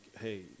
hey